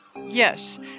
yes